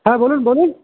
হ্যাঁ বলুন বলুন